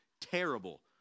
terrible